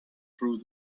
through